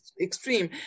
extreme